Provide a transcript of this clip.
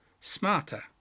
smarter